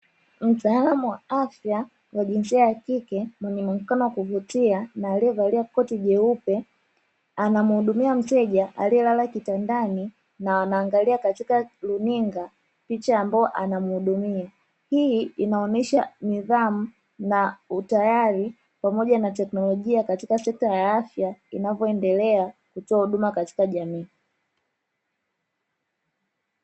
Mtaalamu wa afya wa jinsia ya kike mwenye muonekano wa kuvutia na aliyevalia koti jeupe, anamuhudumia mteja aliyelala kitandani na anaangalia katika runinga picha ambayo anamuhudumia. Hii inaonyesha nidhamu na utayari pamoja na teknolojia katika secta ya afya inavyoendelea kutoa huduma katika jamii.